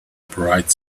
bright